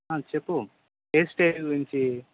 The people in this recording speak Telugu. చెప్పు హెయిర్ స్టయిల్ గురించి